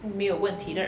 没有问题的